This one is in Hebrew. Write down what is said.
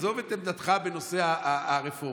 עזוב את עמדתך בנושא הרפורמה,